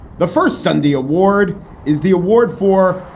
the first sunday award is the award for.